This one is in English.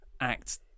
act